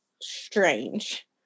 strange